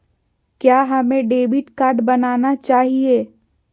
क्या हमें debit card बनाना चाहिए?